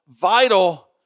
vital